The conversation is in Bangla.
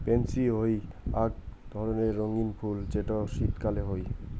পেনসি হই আক ধরণের রঙ্গীন ফুল যেটো শীতকালে হই